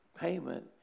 payment